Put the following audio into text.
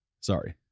Sorry